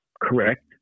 correct